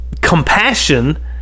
compassion